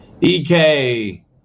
EK